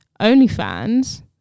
OnlyFans